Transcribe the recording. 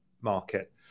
market